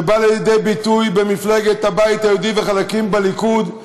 שבא לידי ביטוי במפלגת הבית היהודי וחלקים בליכוד,